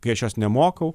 kai aš jos nemokau